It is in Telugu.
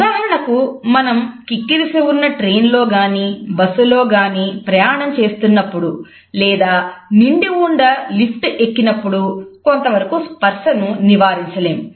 ఉదాహరణకు మనం కిక్కిరిసి ఉన్న ట్రైన్ లో గాని బస్సులో గాని ప్రయాణం చేస్తున్నప్పుడు లేదా నిండి ఉన్న లిఫ్ట్ ఎక్కినప్పుడు కొంతవరకూ స్పర్శను నివారించలేము